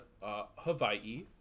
Hawaii